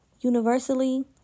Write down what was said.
universally